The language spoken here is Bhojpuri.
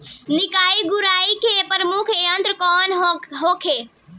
निकाई गुराई के प्रमुख यंत्र कौन होखे?